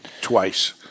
Twice